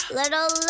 little